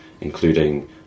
including